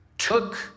took